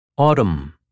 Autumn